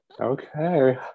Okay